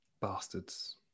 bastards